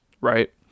right